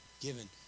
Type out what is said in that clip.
given